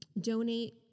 Donate